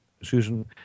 Susan